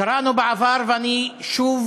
קראנו בעבר, ואני שוב